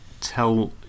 tell